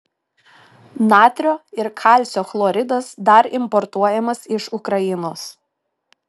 natrio ir kalcio chloridas dar importuojamas iš ukrainos